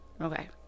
Okay